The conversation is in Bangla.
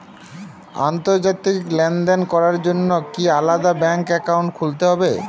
আন্তর্জাতিক লেনদেন করার জন্য কি আলাদা ব্যাংক অ্যাকাউন্ট খুলতে হবে?